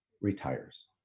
retires